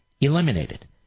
eliminated